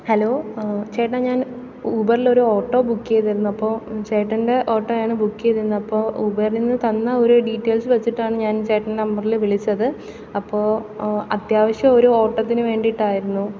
hello ചേട്ടാ ഞാൻ ഊബറിലൊരു ഓട്ടോ ബുക്ക് ചെയ്തിരുന്നു അപ്പോൾ ചേട്ടൻ്റെ ഓട്ടോയാണ് ബുക്ക് ചെയ്തിരുന്നത് അപ്പോൾ ഊബറിന്ന് തന്ന ഒരു ഡീറ്റെയിൽസ് വെച്ചിട്ടാണ് ഞാൻ ചേട്ടൻ്റെ നമ്പറിൽ വിളിച്ചത് അപ്പോൾ അത്യാവശ്യം ഒരു ഓട്ടത്തിനു വേണ്ടിയിട്ടായിരുന്നു